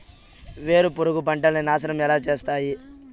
వేరుపురుగు పంటలని నాశనం ఎలా చేస్తాయి?